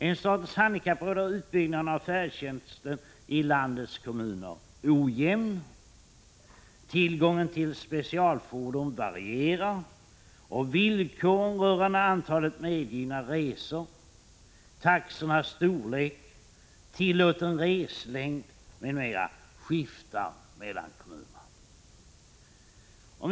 Enligt statens handikappråd är utbyggnaden av färdtjänsten i landets kommuner ojämn, tillgången till specialfordon varierar, och villkoren rörande antalet medgivna resor, taxornas storlek, tillåten reslängd m.m. skiftar mellan kommunerna.